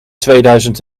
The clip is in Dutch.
tweeduizend